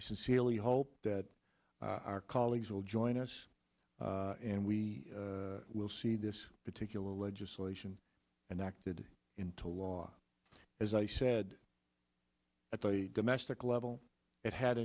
i sincerely hope that our colleagues will join us and we will see this particular legislation and acted into law as i said at a domestic level it had